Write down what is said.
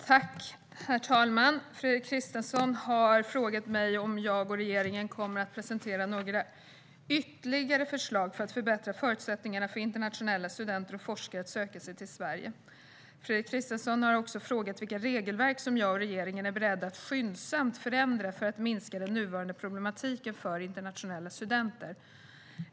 Herr talman! Fredrik Christensson har frågat mig om jag och regeringen kommer att presentera några ytterligare förslag för att förbättra förutsättningarna för internationella studenter och forskare att söka sig till Sverige. Fredrik Christensson har också frågat vilka regelverk som jag och regeringen är beredda att skyndsamt förändra för att minska den nuvarande problematiken för internationella studenter.